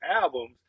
albums